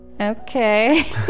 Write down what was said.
okay